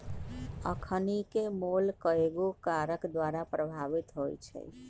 अखनिके मोल कयगो कारक द्वारा प्रभावित होइ छइ